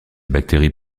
bactéries